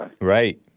Right